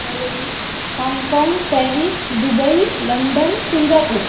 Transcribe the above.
London Hong Kong Paris Dubai London Singapore